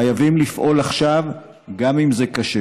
חייבים לפעול עכשיו גם אם זה קשה.